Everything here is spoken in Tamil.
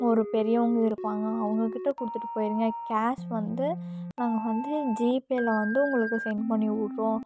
ஒரு பெரியவங்க இருப்பாங்க அவங்கக்கிட்ட கொடுத்துட்டு போயிடுங்க கேஷ் வந்து நாங்கள் வந்து ஜிபேயில் வந்து உங்களுக்கு சென்ட் பண்ணிவிட்றோம்